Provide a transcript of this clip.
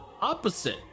opposite